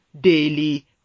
daily